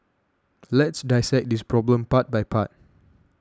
let's dissect this problem part by part